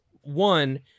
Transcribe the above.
One